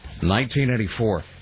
1984